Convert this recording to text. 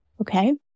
okay